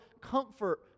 comfort